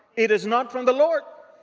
it is not from the lord.